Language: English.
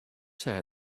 say